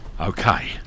Okay